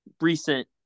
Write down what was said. recent